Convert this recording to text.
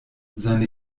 seine